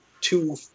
two